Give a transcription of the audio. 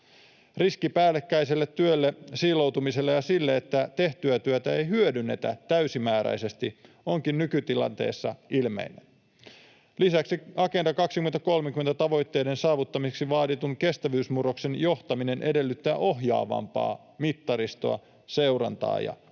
Riski päällekkäiselle työlle, siiloutumiselle ja sille, että tehtyä työtä ei hyödynnetä täysimääräisesti, onkin nykytilanteessa ilmeinen. Lisäksi Agenda 2030 ‑tavoitteiden saavuttamiseksi vaaditun kestävyysmurroksen johtaminen edellyttää ohjaavampaa mittaristoa, seurantaa ja arviointia.